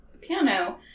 piano